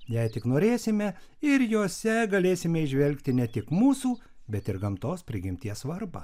jei tik norėsime ir jose galėsime įžvelgti ne tik mūsų bet ir gamtos prigimties svarbą